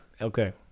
Okay